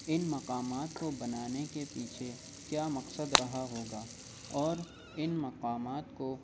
ان مقامات کو بنانے کے پیچھے کیا مقصد رہا ہوگا اور ان مقامات کو